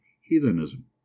heathenism